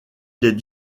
les